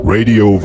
Radio